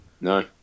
No